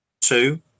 two